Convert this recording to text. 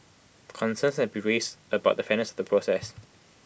concerns have been raised about the fairness the process